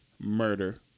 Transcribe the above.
murder